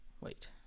Wait